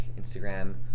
Instagram